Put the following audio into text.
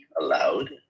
allowed